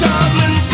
Dublin